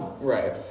Right